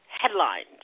headlines